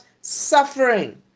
suffering